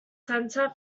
center